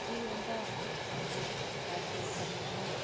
ठीक रौहंदा बंदा सैर सूर करने कन्नै